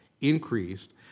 increased